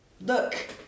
Look